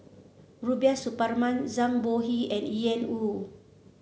Rubiah Suparman Zhang Bohe and Ian Woo